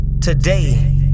Today